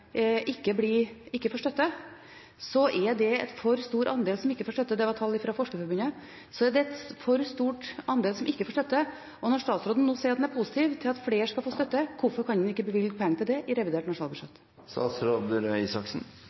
ikke får støtte – det er tall fra Forskerforbundet – er det en for stor andel som ikke får støtte. Når statsråden nå sier at han er positiv til at flere skal få støtte, hvorfor kan en ikke bevilge penger til det i revidert